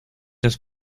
des